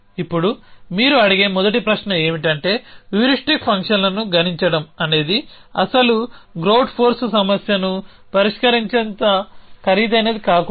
ఇప్పుడు మీరు అడిగే మొదటి ప్రశ్న ఏమిటంటే హ్యూరిస్టిక్ ఫంక్షన్లను గణించడం అనేది అసలు గ్రౌట్ ఫోర్స్ సమస్యను పరిష్కరించినంత ఖరీదైనది కాకూడదు